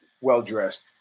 well-dressed